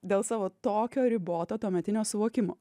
dėl savo tokio riboto tuometinio suvokimo